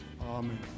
Amen